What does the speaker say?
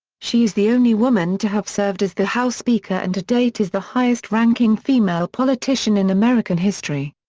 she is the only woman to have served as the house speaker and to date is the highest-ranking female politician in american history.